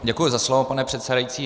Děkuji za slovo, pane předsedající.